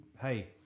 hey